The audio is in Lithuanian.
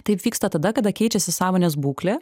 taip vyksta tada kada keičiasi sąmonės būklė